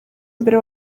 mbere